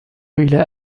إلى